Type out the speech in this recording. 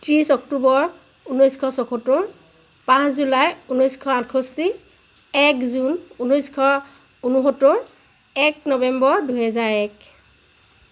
ত্ৰিছ অক্টোবৰ ঊনৈছশ চৌসত্তৰ পাঁচ জুলাই ঊনৈছশ আঠষষ্ঠী এক জুন ঊনৈছশ ঊনসত্তৰ এক নবেম্বৰ দুহেজাৰ এক